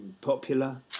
popular